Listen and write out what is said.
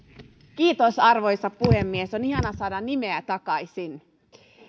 kiitos arvoisa puhemies on ihanaa saada nimeä takaisin